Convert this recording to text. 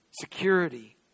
Security